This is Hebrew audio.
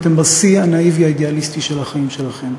אתם בשיא הנאיבי האידיאליסטי של החיים שלכם.